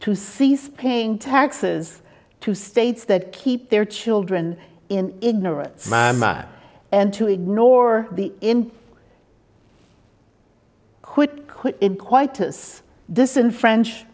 to cease paying taxes to states that keep their children in ignorance mamma and to ignore the end quitt quitt in quite this in french